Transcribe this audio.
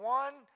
one